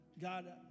God